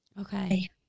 Okay